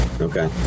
Okay